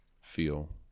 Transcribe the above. feel